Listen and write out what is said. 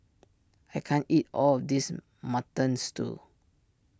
I can't eat all of this Mutton Stew